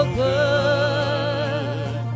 good